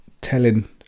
telling